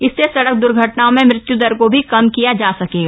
इससे सड़क दुर्घटनाओं में मृत्यु दर को भी कम किया जा सकेगा